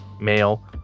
Male